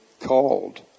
called